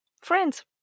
friends